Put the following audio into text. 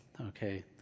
okay